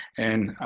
and